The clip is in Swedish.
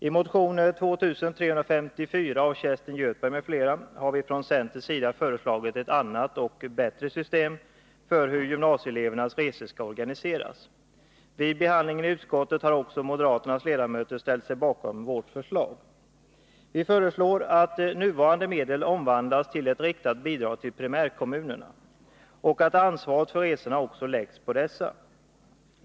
I motion 2354 av Kerstin Göthberg m.fl. har vi från centerns sida föreslagit ett annat och bättre system för hur gymnasieelevernas resor skall organiseras. Vid behandlingen i utskottet har också moderaternas ledamöter ställt sig bakom vårt förslag. Vi föreslår att nuvarande medel omvandlas till ett riktat bidrag till primärkommunerna och att också ansvaret för resorna läggs på dessa.